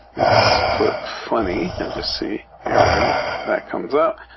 let's put funny and just see. here we go. that comes up